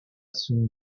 son